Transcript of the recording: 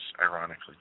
ironically